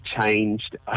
changed